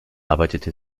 arbeitete